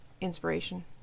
inspiration